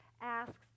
asks